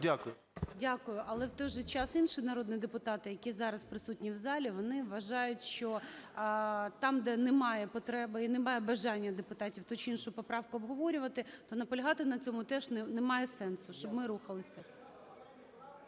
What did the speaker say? Дякую. Але в той же час інші народні депутати, які зараз присутні в залі, вони вважають, що там, де немає потреби і немає бажання депутатів ту чи іншу поправку обговорювати, то наполягати на цьому теж немає сенсу, щоб ми рухалися.